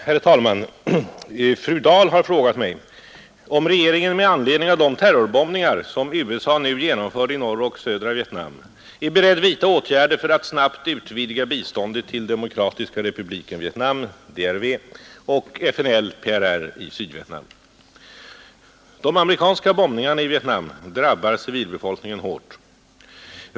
Herr talman! Fru Dahl har frågat mig om regeringen, med anledning av de terrorbombningar som USA nu genomför i norra och södra Vietnam, är beredd vidta åtgärder för att snabbt utvidga biståndet till Demokratiska republiken Vietnam och FNL/PRR i Sydvietnam. De amerikanska bombningarna i Vietnam drabbar civilbefolkningen hårt.